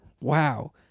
wow